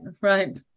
right